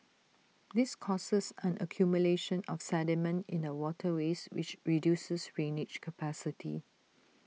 this causes an accumulation of sediment in the waterways which reduces drainage capacity